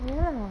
எவலவா:evalava